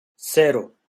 cero